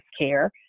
care